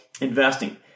investing